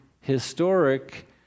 historic